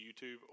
YouTube